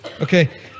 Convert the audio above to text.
Okay